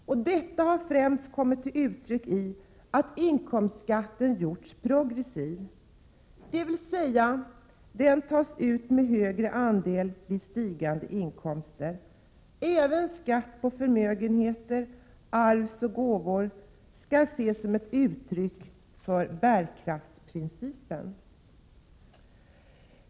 Detta har främst kommit till uttryck i att inkomstskatten gjorts progressiv, dvs. den tas ut med högre andel vid stigande inkomster. Även skatt på förmögenheter, arv och gåvor skall ses som ett uttryck för bärkraftsprincipen.